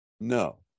No